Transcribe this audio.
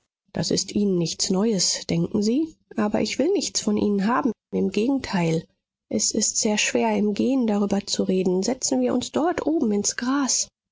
das ist ihnen nichts neues denken sie aber ich will nichts von ihnen haben im gegenteil es ist sehr schwer im gehen darüber zu reden setzen wir uns dort oben ins gras